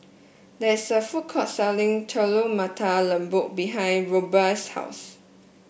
there is a food court selling Telur Mata Lembu behind Rubye's house